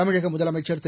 தமிழக முதலமைச்சர் திரு